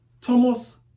Thomas